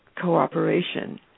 cooperation